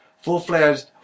full-fledged